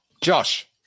Josh